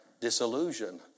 disillusion